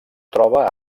troba